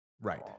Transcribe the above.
right